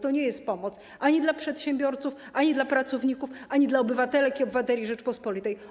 To nie jest pomoc ani dla przedsiębiorców, ani dla pracowników, ani dla obywatelek i obywateli Rzeczypospolitej.